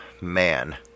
man